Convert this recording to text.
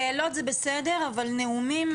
שאלות זה בסדר, אבל עם נאומים תמתינו.